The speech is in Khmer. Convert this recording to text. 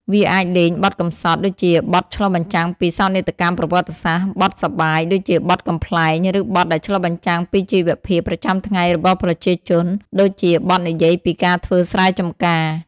វាអាចលេងបទកំសត់ ដូចជាបទឆ្លុះបញ្ចាំងពីសោកនាដកម្មប្រវត្តិសាស្ត្រ បទសប្បាយ ដូចជាបទកំប្លែង ឬបទដែលឆ្លុះបញ្ចាំងពីជីវភាពប្រចាំថ្ងៃរបស់ប្រជាជន ដូចជាបទនិយាយពីការធ្វើស្រែចំការ។